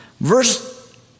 Verse